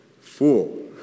Fool